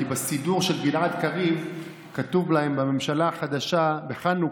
כי בסידור של גלעד קריב כתוב להם בממשלה החדשה בחנוכה: